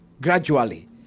gradually